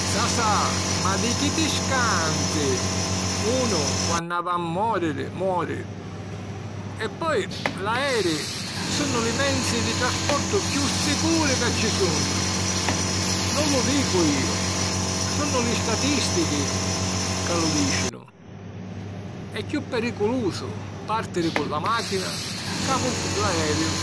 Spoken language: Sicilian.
Sasà, ma di chi ti scanti? Unu quannu havi a mòriri, mori! E poi l'aeri sunnu li menzi di trasportu chiù sicuri ca ci sunnu. Nun lu dicu iu ma sunnu li statìstichi ca lu dìcinu. E' chiù periculusu pàrtiri cu la màchina ca cu l'aeriu.